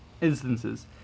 instances